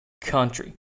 country